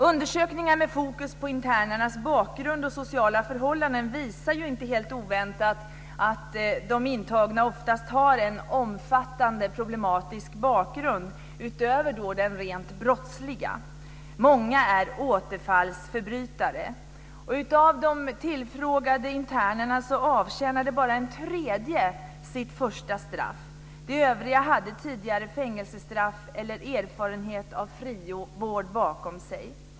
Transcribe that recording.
Undersökningar med fokus på internernas bakgrund och sociala förhållanden visar inte helt oväntat att de intagna oftast har en omfattande problematisk bakgrund utöver den rent brottsliga. Många är återfallsförbrytare. Av de tillfrågade internerna avtjänade bara var tredje sitt första straff. De övriga hade tidigare fängelsestraff eller erfarenhet av frivård bakom sig.